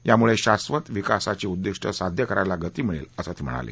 यामुळे शाधत विकासाची उद्दिष्ट साध्य करायला गती मिळेल असं ते म्हणाले